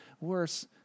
worse